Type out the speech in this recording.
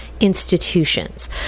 Institutions